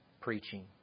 preaching